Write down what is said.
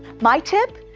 my tip?